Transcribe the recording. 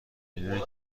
اینایی